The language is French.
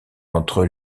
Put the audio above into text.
entre